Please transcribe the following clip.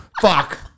Fuck